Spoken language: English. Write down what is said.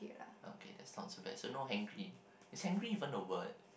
okay that's not so bad so no hangry is hangry even a word